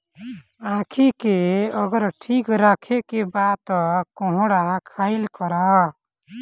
आंखी के अगर ठीक राखे के बा तअ कोहड़ा खाइल करअ